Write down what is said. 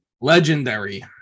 Legendary